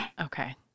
Okay